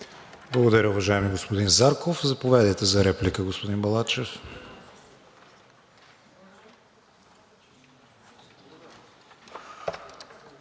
Благодаря, уважаеми господин Зарков. Заповядайте за реплика, господин Балачев.